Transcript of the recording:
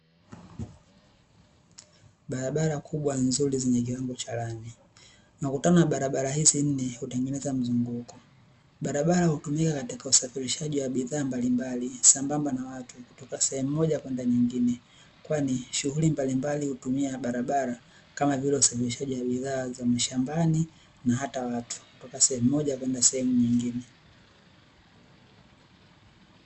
Barabara kubwa nzuri zenye kiwango cha lami, makutano ya barabara hizi nne hutengeneza mzunguko. Barabara hutumika katika usafirishaji wa bidhaa mbalimbali, sambamba na watu kutoka sehemu moja kwenda nyingine. Kwani shughuli mbalimbali hutumia barabara, kama vile usafirishaji wa bidhaa za mashambani na hata watu kutoka sehemu moja kwenda sehemu nyingine.